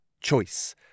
choice